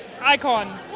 icon